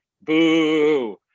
boo